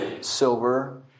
silver